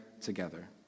together